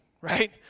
right